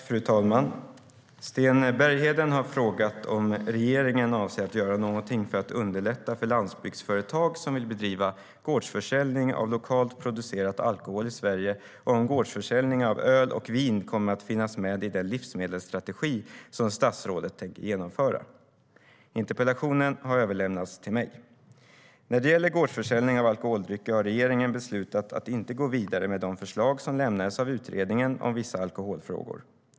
Fru talman! Sten Bergheden har frågat om regeringen avser att göra någonting för att underlätta för landsbygdsföretag som vill bedriva gårdsförsäljning av lokalt producerad alkohol i Sverige och om gårdsförsäljning av öl och vin kommer att finnas med i den livsmedelsstrategi som statsrådet tänker genomföra. Interpellationen har överlämnats till mig. När det gäller gårdsförsäljning av alkoholdrycker har regeringen beslutat att inte gå vidare med de förslag som lämnades av Utredningen om vissa alkoholfrågor .